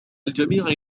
الجميع